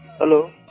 Hello